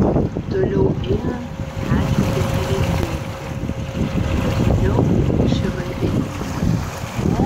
toliau einant medžių ėmė retėti vis garsiau ošė vandenynas